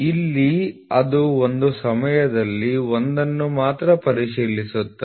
ಇಲ್ಲಿ ಅದು ಒಂದು ಸಮಯದಲ್ಲಿ ಒಂದನ್ನು ಮಾತ್ರ ಪರಿಶೀಲಿಸುತ್ತದೆ